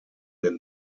den